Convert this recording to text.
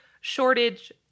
shortage